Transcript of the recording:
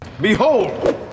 Behold